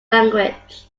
language